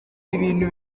ibintu